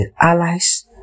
allies